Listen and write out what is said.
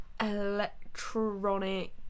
electronic